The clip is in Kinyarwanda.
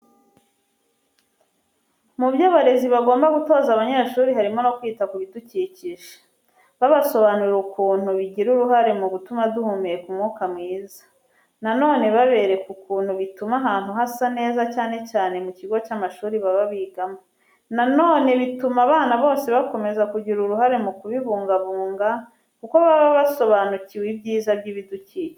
Mu byo abarezi bagomba gutoza abanyeshuri, harimo no kwita ku bidukikije. Babasobanurira ukuntu bigira uruhare mu gutuma duhumeka umwuka mwiza. Na none babereka ukuntu bituma ahantu hasa neza cyane cyane mu kigo cy'amashuri baba bigamo. Na none bituma abana bose bakomeza kugira uruhare rwo kubibungabunga kuko baba basobanukiwe ibyiza by'ibidukikije.